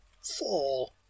Four